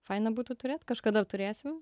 faina būtų turėt kažkada turėsim